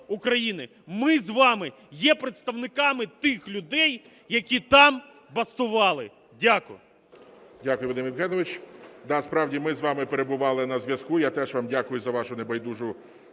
Ми з вами є представниками тих людей, які там бастували. Дякую. ГОЛОВУЮЧИЙ. Дякую, Вадим Євгенович. Да, справді, ми з вами перебували на зв'язку. Я теж вам дякую за вашу небайдужу